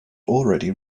already